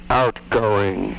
outgoing